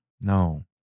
No